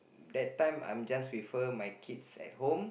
that time I'm just with her my kids at home